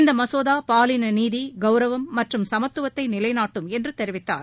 இந்த மசோதா பாலின நீதி கவுரவம் மற்றும் சமத்துவத்தை நிலைநாட்டும் என்று தெரிவித்தார்